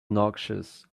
noxious